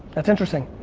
that's interesting,